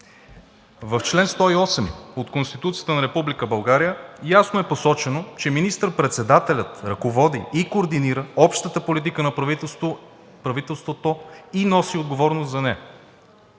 В чл. 108 от Конституцията на Република България ясно е посочено, че министър-председателят ръководи и координира общата политика на правителството и носи отговорност за нея.